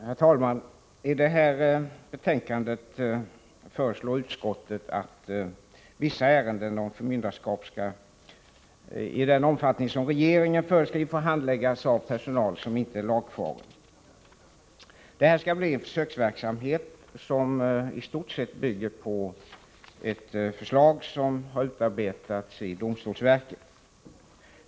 Herr talman! I detta betänkande föreslår utskottet att vissa förmynderskapsärenden skall i den omfattning som regeringen föreskriver få handläggas av personal som inte är lagfaren. Det skall bli en försöksverksamhet, som i stort sett bygger på ett i domstolsverket utarbetat förslag.